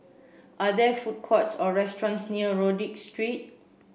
are there food courts or restaurants near Rodyk Street